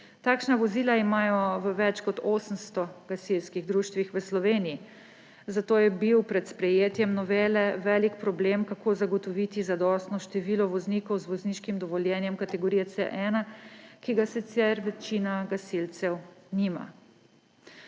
Takšna vozila imajo v več kot 800 gasilskih društvih v Sloveniji, zato je bil pred sprejetjem novele velik problem, kako zagotoviti zadostno število voznikov z vozniškim dovoljenjem kategorije C1, ki ga sicer večina gasilcev nima.